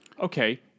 okay